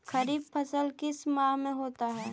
खरिफ फसल किस माह में होता है?